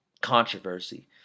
controversy